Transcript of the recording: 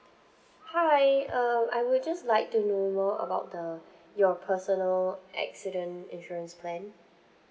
hi uh I would just like to know more about the your personal accident insurance plan